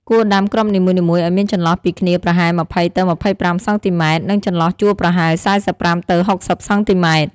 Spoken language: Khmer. គួរដាំគ្រាប់នីមួយៗឱ្យមានចន្លោះពីគ្នាប្រហែល ២០ ទៅ ២៥ សង់ទីម៉ែត្រ និងចន្លោះជួរប្រហែល ៤៥ ទៅ ៦០ សង់ទីម៉ែត្រ។